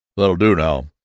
that'll do now!